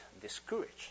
discouraged